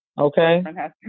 okay